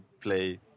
play